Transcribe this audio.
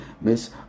miss